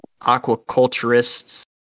aquaculturists